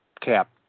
cap